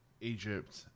Egypt